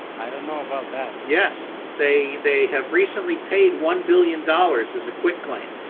i don't know about that. yes. they they have recently paid one billion dollars as a quitclaim,